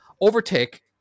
overtake